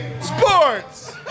Sports